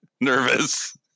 nervous